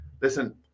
listen